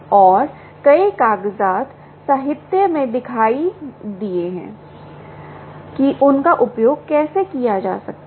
और कई कागजात साहित्य में दिखाई दिए हैं कि उनका उपयोग कैसे किया जा सकता है